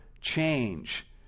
change